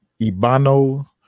Ibano